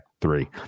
three